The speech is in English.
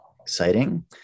exciting